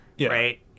right